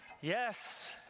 Yes